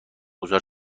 گذار